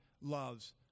loves